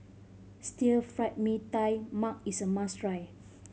Stir Fried Mee Tai Mak is a must try